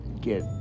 get